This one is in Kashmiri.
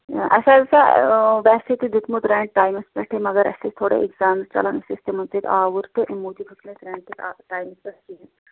اَسہِ ٲس سا ویسے تہِ دیُتمُت ریٚنٛٹ ٹایمَس پیٚٹھٕے مَگر اَسہِ ٲس تھوڑا ایٚکزامٕز چَلان أسۍ ٲسۍ تِمَن سٍتۍ آوُر تہٕ اَمہِ موٗجوٗب ہیٚوکھ نہٕ اَسہِ ریٚنٛٹ ٹایمَس پیٚٹھ کِہیٖنٛۍ دِتھ